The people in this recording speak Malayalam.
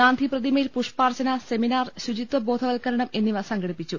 ഗാന്ധി പ്രതിമയിൽ പുഷ്പാർച്ചന സെമിനാർ ശുചിത്വ ബോധവത്കരണം എന്നിവ സംഘടിപ്പിച്ചു